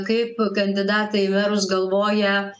kaip kandidatai į merus galvoja